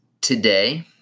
today